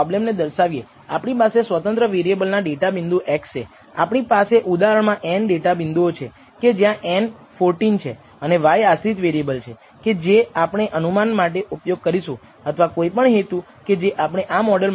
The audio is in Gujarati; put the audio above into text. યાદ રાખો s β̂₀ એ σ2 છે જેનો અંદાજ σxi2 ના વર્ગમૂળ દ્વારા ગુણાકાર થયેલ ડેટા દ્વારા કરવામાં આવે છે જે n ગણા Sxx દ્વારા વહેંચાયેલું છે જે કંઈ નથી પરંતુ આપણે અગાઉની વસ્તુમાં જે વર્ગમૂળ કાઢ્યું છે તેમાં σ2 એ અંદાજિત જથ્થા દ્વારા બદલાઈ ગયો છે